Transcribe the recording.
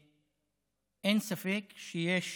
אין ספק שיש